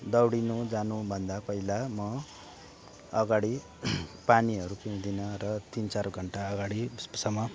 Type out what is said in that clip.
दौडिनु जानुभन्दा पहिला म अगाडि पानीहरू पिउदिनँ र तिन चार घन्टा अगाडिसम्म